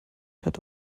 hatte